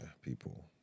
people